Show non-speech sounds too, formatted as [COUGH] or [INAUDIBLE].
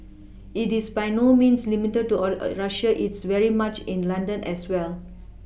it is by no means limited to all [HESITATION] Russia it's very much in London as well